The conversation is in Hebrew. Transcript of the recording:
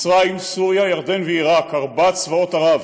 מצרים, סוריה, ירדן ועיראק, ארבעה צבאות ערב,